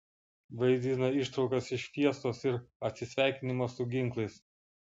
vaidina ištraukas iš fiestos ir atsisveikinimo su ginklais